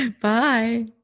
bye